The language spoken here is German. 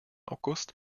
august